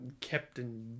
Captain